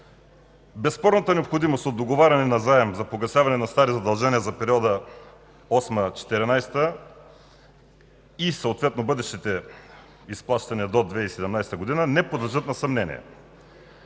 Безспорната необходимост от договаряне на заем за погасяване на стари задължения за периода 2008 г. – 2014 г. и съответно бъдещите изплащания до 2017 г. не подлежат на съмнение.